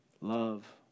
love